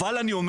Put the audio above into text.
אבל, אני אומר: